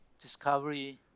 discovery